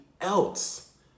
else